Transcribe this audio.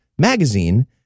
magazine